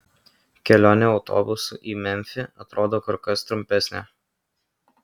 kelionė autobusu į memfį atrodo kur kas trumpesnė